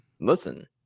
listen